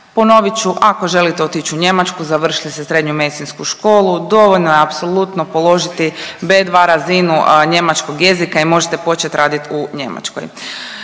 Ponovit ću, ako želite otići u Njemačku, završili ste srednju medicinsku školu dovoljno je apsolutno položiti B2 razinu njemačkog jezika i možete početi raditi u Njemačkoj.